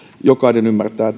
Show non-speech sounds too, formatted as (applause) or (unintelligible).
jokainen ymmärtää (unintelligible)